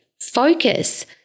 Focus